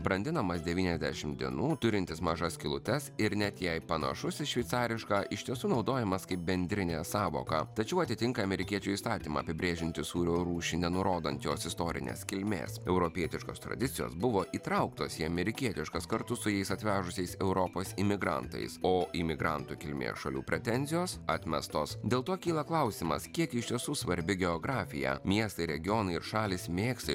brandinamas devyniasdešim dienų turintis mažas skylutes ir net jei panašus į šveicarišką iš tiesų naudojamas kaip bendrinė sąvoka tačiau atitinka amerikiečių įstatymą apibrėžiantį sūrio rūšį nenurodant jos istorinės kilmės europietiškos tradicijos buvo įtrauktos į amerikietiškas kartu su jais atvežusiais europos imigrantais o imigrantų kilmės šalių pretenzijos atmestos dėl to kyla klausimas kiek iš tiesų svarbi geografija miestai regionai ir šalys mėgsta